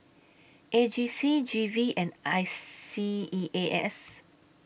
A G C G V and I S E A S